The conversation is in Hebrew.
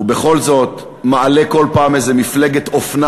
הוא בכל זאת מעלה כל פעם איזה מפלגת אופנה